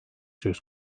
söz